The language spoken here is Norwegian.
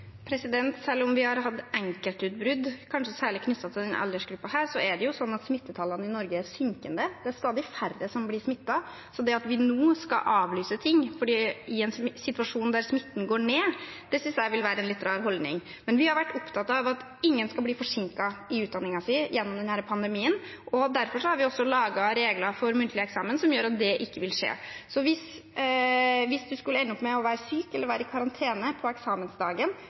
Selv om vi har hatt enkeltutbrudd, kanskje særlig knyttet til denne aldersgruppen, er jo smittetallene i Norge synkende, det er stadig færre som blir smittet. Det at vi nå skal avlyse ting, i en situasjon der smitten går ned, synes jeg ville være en litt rar holdning. Vi har vært opptatt av at ingen skal bli forsinket i utdanningen sin gjennom denne pandemien. Derfor har vi også laget regler for muntlig eksamen som gjør at det ikke vil skje. Hvis man skulle ende opp med å være syk eller i karantene på eksamensdagen,